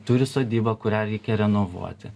turi sodybą kurią reikia renovuoti